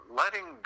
letting